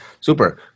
Super